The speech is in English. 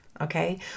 Okay